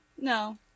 no